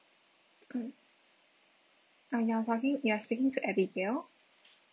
uh you're talking you're speaking to abigail